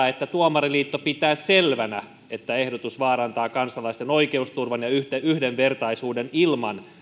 että tuomariliitto pitää selvänä että ehdotus vaarantaa kansalaisten oikeusturvan ja yhdenvertaisuuden ilman